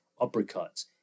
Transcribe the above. uppercuts